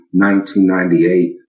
1998